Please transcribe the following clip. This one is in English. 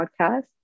podcast